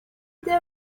they